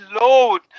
load